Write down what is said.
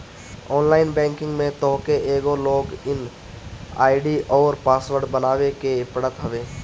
online banking में तोहके एगो लॉग इन आई.डी अउरी पासवर्ड बनावे के पड़त हवे